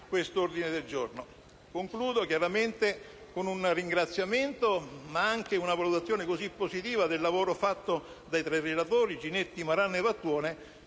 quest'ordine del giorno. Concludo chiaramente con un ringraziamento e con una valutazione positiva del lavoro svolto dai tre relatori Ginetti, Maran e Vattuone,